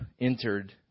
entered